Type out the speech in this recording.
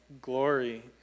glory